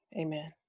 Amen